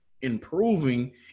improving